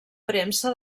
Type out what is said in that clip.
premsa